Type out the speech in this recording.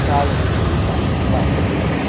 चालेल चालेल चला बाय